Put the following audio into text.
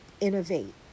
innovate